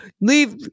Leave